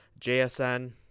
JSN